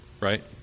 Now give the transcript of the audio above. right